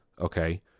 Okay